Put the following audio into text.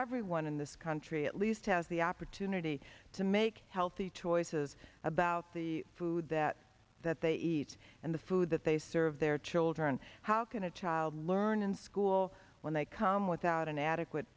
everyone in this country at least has the opportunity to make healthy choices about the food that that they eat and the food that they serve their children how can a child learn in school when they come without an adequate